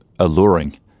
alluring